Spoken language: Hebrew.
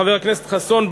חבר הכנסת חסון,